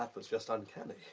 ah was just uncanny.